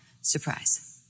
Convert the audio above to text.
surprise